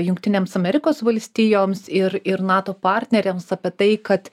jungtinėms amerikos valstijoms ir ir nato partneriams apie tai kad